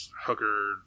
hooker